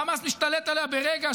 החמאס משתלט עליה ברגע.